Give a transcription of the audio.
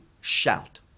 shout